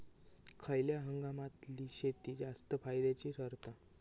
खयल्या हंगामातली शेती जास्त फायद्याची ठरता?